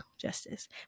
justice